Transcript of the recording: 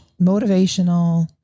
motivational